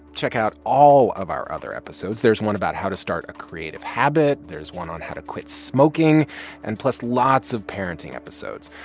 check out all of our other episodes. there's one about how to start a creative habit. there's one on how to quit smoking and, plus, lots of parenting episodes.